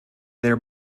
there